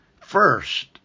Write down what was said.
first